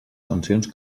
sancions